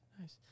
Nice